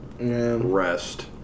rest